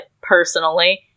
personally